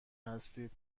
هستید